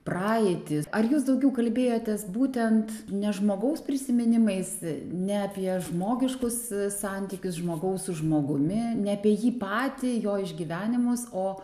praeitį ar jūs daugiau kalbėjotės būtent ne žmogaus prisiminimais ne apie žmogiškus santykius žmogaus su žmogumi ne apie jį patį jo išgyvenimus o